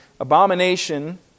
Abomination